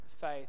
faith